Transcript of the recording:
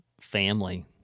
family